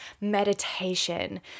meditation